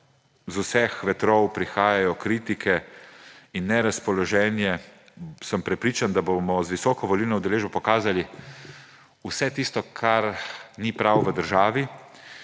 iz vseh vetrov prihajajo kritike in nerazpoloženje, sem prepričan, da bomo z visoko volilno udeležbo pokazali vse tisto, kar ni prav v državi.